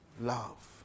love